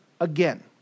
again